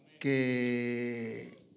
que